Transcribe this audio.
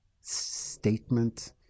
statement